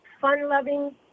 fun-loving